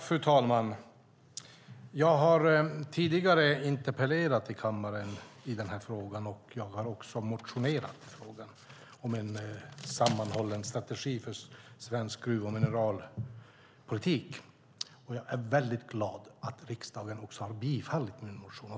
Fru talman! Jag har tidigare interpellerat i kammaren i den här frågan och jag har också motionerat om en sammanhållen strategi för svensk gruv och mineralpolitik. Jag är väldigt glad att riksdagen också har bifallit min motion.